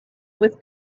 with